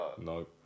No